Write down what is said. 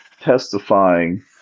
testifying